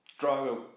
Drago